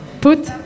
put